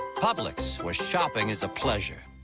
publix. where shopping is a pleasure